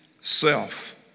self